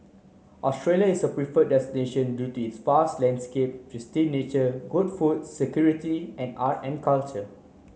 Australia is a preferred destination due to its vast landscape pristine nature good food security and art and culture